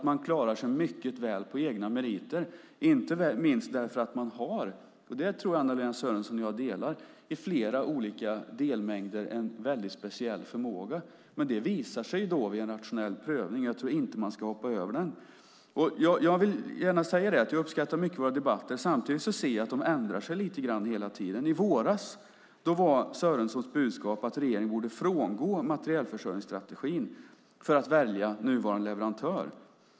Man klarar sig mycket väl på egna meriter, inte minst för att man i flera olika delmängder har en väldigt speciell förmåga - något jag tror Anna-Lena Sörenson och jag är överens om. Detta visar sig vid en rationell prövning, och jag tror inte att man ska hoppa över den. Jag uppskattar våra debatter. Samtidigt upplever jag att de ändrar sig lite grann hela tiden. I våras var Sörensons budskap att regeringen borde frångå materielförsörjningsstrategin för att välja nuvarande leverantör.